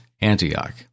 Antioch